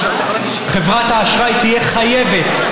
חברת האשראי תהיה חייבת,